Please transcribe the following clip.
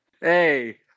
hey